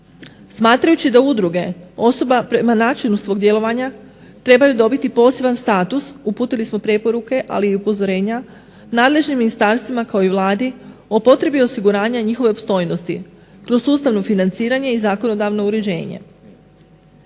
Smatrajući da udruge, osoba prema načinu svog djelovanja trebaju dobiti poseban status, uputili smo preporuke ali i upozorenja nadležnim ministarstvima kao i Vladi o potrebi osiguranja njihove opstojnosti. Tu sustavno financiranje i zakonodavno uređenje.